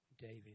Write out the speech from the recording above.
David